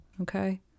Okay